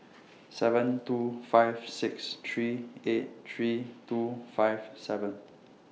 seven two five six three eight three two five seven